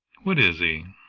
what is he? he